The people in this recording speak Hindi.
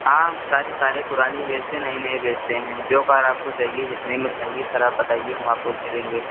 हाँ हम सारी कारे पुरानी ही बेचते नई नहीं बेचते हैं जो कार आपको चाहिए जितने में चाहिए सर आप बताइए हम आपको दे देंगे